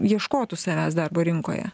ieškotų savęs darbo rinkoje